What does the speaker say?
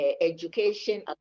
education